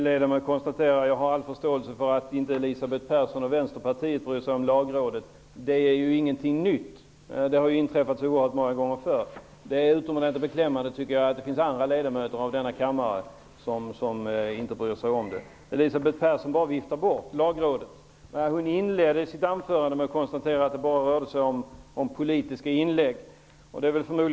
Herr talman! Jag har all förståelse för att inte Elisabeth Persson och Vänsterpartiet bryr sig om Lagrådet. Det är ingenting nytt. Det har inträffat många gånger förr. Det är utomordentligt beklämmande att det finns ledamöter av denna kammare som inte bryr sig om Lagrådets yttrande. Elisabeth Persson bara viftar bort Lagrådet. Hon inledde sitt anförande med att konstatera att det bara rörde sig om politiska inlägg.